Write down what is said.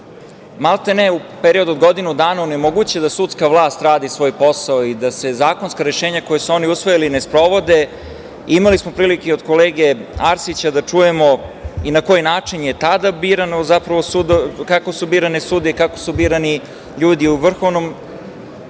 maltene, u periodu od godinu dana onemoguće da sudska vlast radi svoj posao i da se zakonska rešenja koja su oni usvojili ne sprovode. Imali smo prilike da i od kolege Arsića da čujemo i na koji način su tada birane sudije, kako su birani ljudi u Vrhovnom